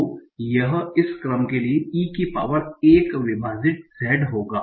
तो यह इस क्रम के लिए e की पावर 1 विभाजित Z होगा